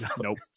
Nope